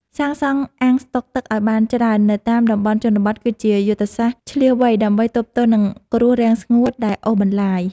សាងសង់អាងស្តុកទឹកឱ្យបានច្រើននៅតាមតំបន់ជនបទគឺជាយុទ្ធសាស្ត្រឈ្លាសវៃដើម្បីទប់ទល់នឹងគ្រោះរាំងស្ងួតដែលអូសបន្លាយ។